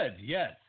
yes